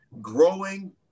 growing